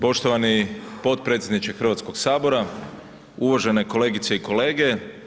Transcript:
Poštovani potpredsjedniče Hrvatskog sabora, uvažene kolegice i kolege.